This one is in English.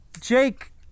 Jake